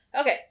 Okay